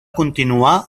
continuar